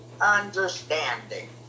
Understanding